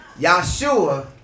Yahshua